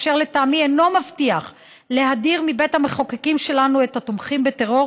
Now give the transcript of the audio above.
אשר לטעמי אינו מבטיח להדיר מבית המחוקקים שלנו את התומכים בטרור,